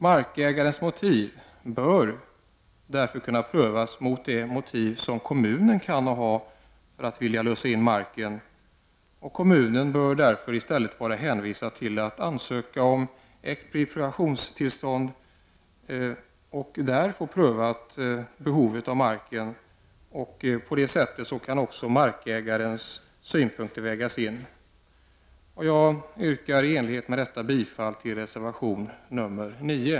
Markägarens motiv bör kunna prövas mot de motiv som kommunen kan ha för att vilja lösa marken. Kommunen bör därför vara hänvisad till att an söka om expropriationstillstånd varvid dess behov av marken prövas. På det sättet kan också markägarens synpunkter vägas in. Jag yrkar i enlighet med detta bifall till reservation nr 9.